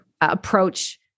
approach